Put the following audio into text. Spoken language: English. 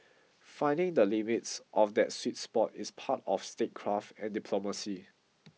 finding the limits of that sweet spot is part of statecraft and diplomacy